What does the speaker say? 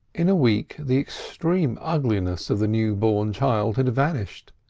in a week the extreme ugliness of the newborn child had vanished.